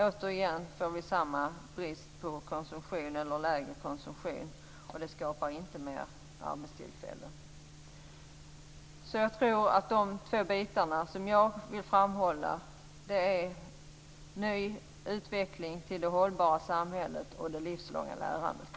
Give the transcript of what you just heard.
Återigen får vi lägre konsumtion och det skapar inte fler arbetstillfällen. De två bitar som jag vill framhålla är alltså ny utveckling mot det hållbara samhället och det livslånga lärandet.